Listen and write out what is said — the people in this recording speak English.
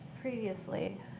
previously